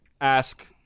ask